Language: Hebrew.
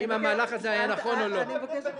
מה בינינו לבין רואי החשבון?